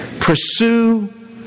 Pursue